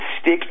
stick